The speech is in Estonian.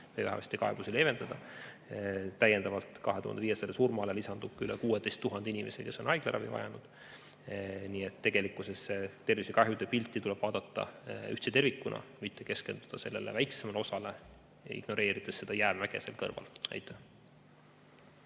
või vähemasti kaebusi leevendada. Neile 2500 surmale lisandub üle 16 000 inimese, kes on haiglaravi vajanud. Nii et tegelikkuses tuleb tervisekahjude pilti vaadata ühtse tervikuna, mitte keskenduda väiksemale osale ja ignoreerida jäämäge seal kõrval. Aitäh,